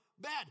bad